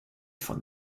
from